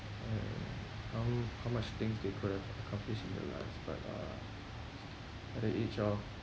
and how how much things they could have accomplished in their lives but uh at the age of